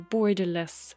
Borderless